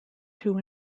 two